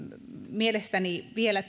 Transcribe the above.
mielestäni vielä